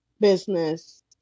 business